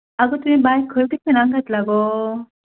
आगो तुंवें बायक खंय ट्युशनाक घातलां गो